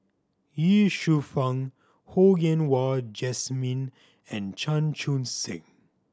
Ye Shufang Ho Yen Wah Jesmine and Chan Chun Sing